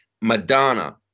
Madonna